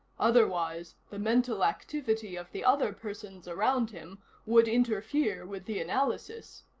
otherwise, the mental activity of the other persons around him would interfere with the analysis.